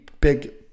big